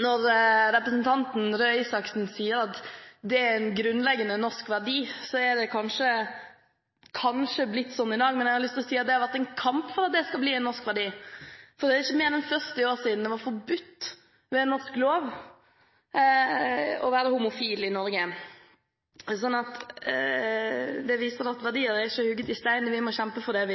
Når representanten Røe Isaksen sier at det er en grunnleggende norsk verdi, er det kanskje blitt sånn i dag, men jeg har lyst til å si at det har vært en kamp for at det skal bli en norsk verdi. Det er ikke mer enn 40 år siden det var forbudt ved norsk lov å være homofil i Norge. Det viser at verdier er ikke hugget i stein, vi må kjempe for det